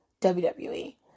WWE